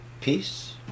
Peace